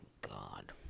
God